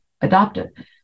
adopted